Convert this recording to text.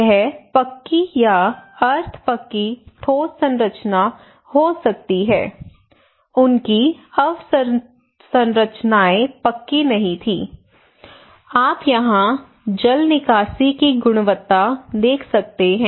यह पक्की या अर्ध पक्की ठोस संरचना हो सकती है उनकी अवसंरचनाएं पक्की नहीं थीं आप यहां जल निकासी की गुणवत्ता देख सकते हैं